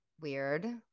weird